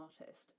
artist